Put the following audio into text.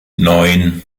neun